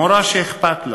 מורה שאכפת לה,